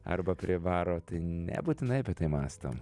arba prie baro tai nebūtinai apie tai mąstom